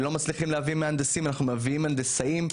שלא מצליחים להביא מהנדסים אז מביאים הנדסאים.